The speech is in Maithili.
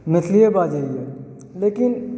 मैथलिए बाजैया लेकिन